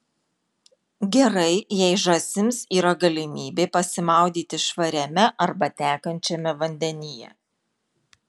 gerai jei žąsims yra galimybė pasimaudyti švariame arba tekančiame vandenyje